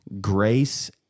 grace